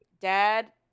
dad